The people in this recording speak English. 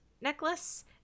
necklace